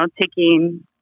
taking